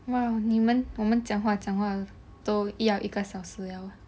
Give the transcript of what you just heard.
!wow! 你们我们讲话讲话都一要一个小时了